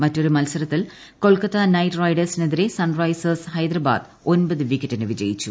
മറ്റൊരു മത്സരത്തിൽ കൊൽക്കത്ത നൈറ്റ് റൈഡേഴ്സിനെതിരെ സൺറൈസേഴസ് ഹൈദരാബാദ് ഒൻപത് വിക്കറ്റിന് വിജയിച്ചു